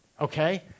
okay